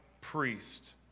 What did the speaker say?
priest